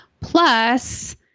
Plus